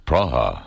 Praha